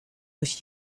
durch